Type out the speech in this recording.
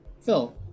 Phil